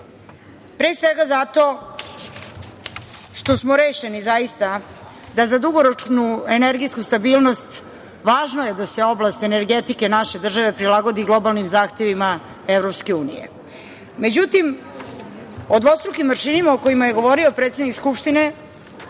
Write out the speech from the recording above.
pre svega zato što smo rešeni zaista da za dugoročnu energetsku stabilnost važno je da se oblast energetike naše države prilagodi globalnim zahtevima Evropske unije. Međutim, o dvostrukim aršinima o kojima je govorio predsednik Skupštine